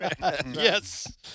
Yes